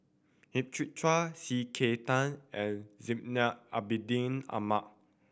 Hang Chang Chieh C K Tang and Zainal Abidin Ahmad